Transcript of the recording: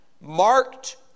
marked